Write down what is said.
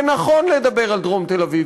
ונכון לדבר על דרום תל-אביב,